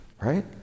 right